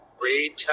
Read